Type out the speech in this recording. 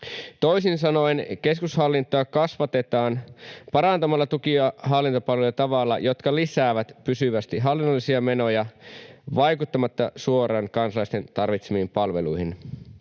Toisin sanoen keskushallintoa kasvatetaan parantamalla tuki- ja hallintopalveluja tavalla, jotka lisäävät pysyvästi hallinnollisia menoja vaikuttamatta suoraan kansalaisten tarvitsemiin palveluihin,